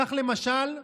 כך, למשל,